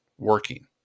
working